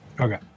Okay